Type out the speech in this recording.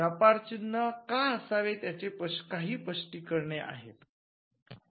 व्यापार चिन्ह का असावेत याची काही स्पष्टीकरणे आहेत